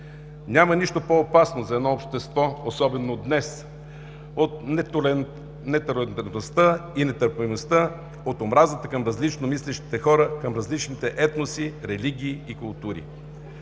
Няма нищо по-опасно за едно общество, особено днес, от нетолерантността и нетърпимостта, от омразата към различно мислещите хора, към различните етноси, религии и култури.